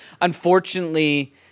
unfortunately